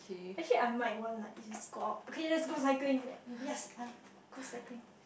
actually I might want like if it's go out okay let's go cycling yes I would go cycling